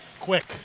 quick